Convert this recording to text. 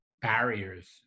barriers